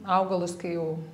augalus kai jau